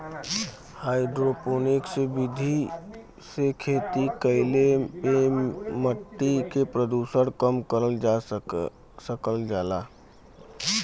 hydroponics विधि से खेती कईले पे मट्टी के प्रदूषण कम करल जा सकल जाला